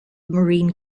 marine